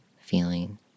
feeling